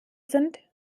sind